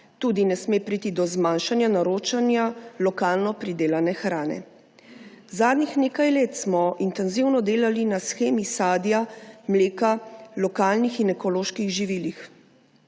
tudi ne sme priti do zmanjšanja naročanja lokalno pridelane hrane. Zadnjih nekaj let smo intenzivno delali na shemi sadja, mleka, lokalnih in ekoloških živilih.